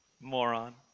moron